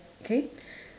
okay